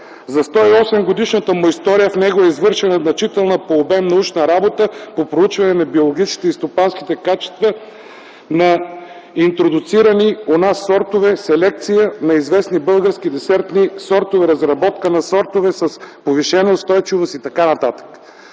За 108-годишната му история в него е извършена значителна по обем научна работа по проучване на биологичните и стопанските качества на интродуцирани у нас сортове, селекция на известни български десертни сортове, разработка на сортове с повишена устойчивост и т.н.